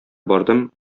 бардым